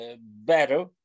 better